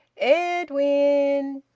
ed win!